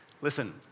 Listen